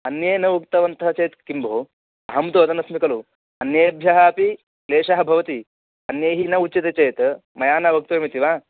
अन्ये न उक्तवन्तः चेत् किं भोः अहं तु वदन् अस्मि खलु अन्येभ्यः अपि क्लेशः भवति अन्यैः न उच्यते चेत् मया न वक्तव्यम् इति वा